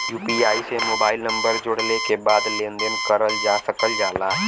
UPI से mobile number जोड़ले के बाद लेन देन करल जा सकल जाला